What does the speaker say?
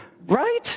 Right